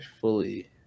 fully